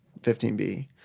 15B